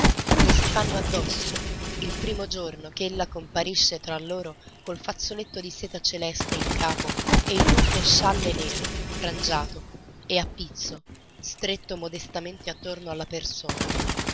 le si fanno addosso il primo giorno ch'ella comparisce tra loro col fazzoletto di seta celeste in capo e il lungo scialle nero frangiato e a pizzo stretto modestamente attorno alla persona